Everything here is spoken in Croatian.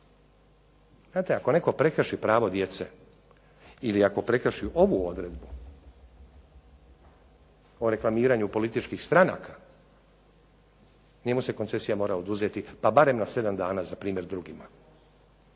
Znate ako netko prekrši pravo djece ili ako prekrši ovu odredbu o reklamiranju političkih stranaka, njemu se koncesija mora oduzeti barem na sedam dana za primjer drugima.